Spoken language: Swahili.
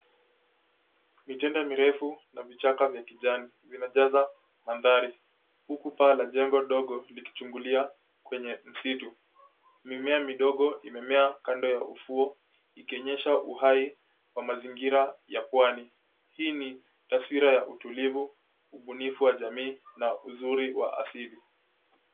Mijengo mirefu na vichaka vya kijani vinajaza mandhari huku paa la jengo ndogo likichungulia kwenye msitu. Mimea midogo imemea kando ya ufuo ikionyesha uhai wa mazingira ya pwani. Hii ni taswira ya utulivu, ubunifu wa jamii na uzuri wa asili.